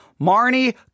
Marnie